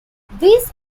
this